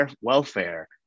welfare